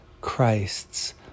Christ's